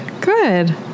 Good